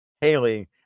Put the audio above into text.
Haley